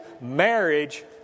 marriage